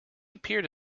appeared